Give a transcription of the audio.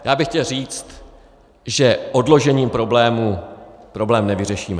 Já bych chtěl říct, že odložením problému problém nevyřešíme.